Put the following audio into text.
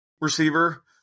receiver